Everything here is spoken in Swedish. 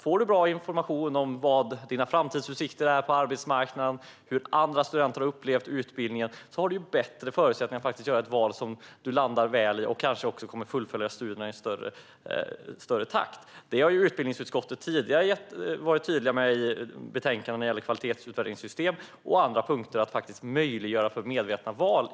Får du bra information om vad dina framtidsutsikter är på arbetsmarknaden och hur andra studenter har upplevt utbildningen har du faktiskt bättre förutsättningar att göra ett val som du landar väl i, och du kommer kanske också att fullfölja studierna i högre takt. Utbildningsutskottet har tidigare i betänkanden när det gäller kvalitetsutvärderingssystem och annat varit tydligt med att man i större utsträckning ska möjliggöra för medvetna val.